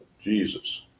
jesus